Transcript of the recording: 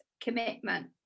commitment